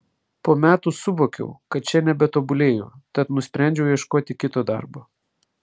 po metų suvokiau kad čia nebetobulėju tad nusprendžiau ieškoti kito darbo